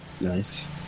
nice